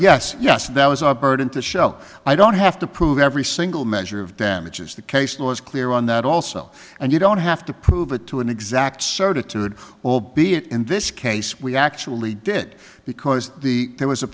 yes yes that was a burden to show i don't have to prove every single measure of damages the case law is clear on that also and you don't have to prove it to an exact certitude albeit in this case we actually did because the there was a